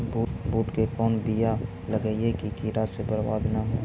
बुंट के कौन बियाह लगइयै कि कीड़ा से बरबाद न हो?